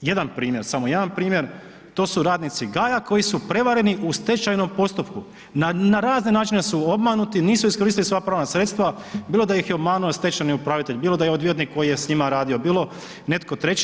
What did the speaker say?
jedan primjer, samo jedan primjer, to su radnici Gaja koji su prevareni u stečajnom postupku, na razne načine su obmanuti i nisu iskoristili sva pravna sredstva bilo da ih je obmanuo stečajni upravitelj, bilo da je odvjetnik koji je s njima radio, bilo netko treći.